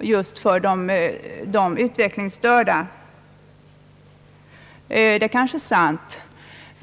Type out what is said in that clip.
just för de utvecklingsstörda. Det är kanske sant.